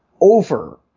over